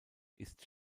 ist